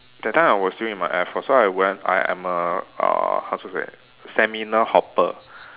that time I was still in my air force so I went I am a uh how to say seminar hopper